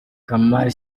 kamali